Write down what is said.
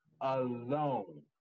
Alone